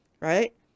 right